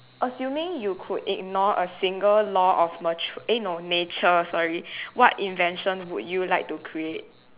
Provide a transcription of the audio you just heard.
assuming you could ignore a single law of mature eh no nature sorry what invention would you like to create